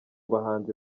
bahanzi